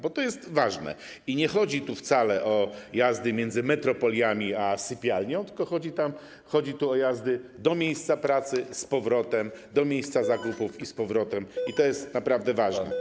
Bo to jest ważne i nie chodzi tu wcale o jazdy między metropoliami a sypialnią, tylko chodzi o jazdy do miejsca pracy, z powrotem, do miejsca zakupów i z powrotem i to jest naprawdę ważne.